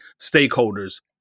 stakeholders